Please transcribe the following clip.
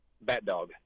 Bat-Dog